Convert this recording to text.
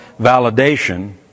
validation